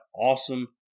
awesome